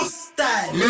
style